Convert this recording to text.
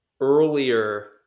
earlier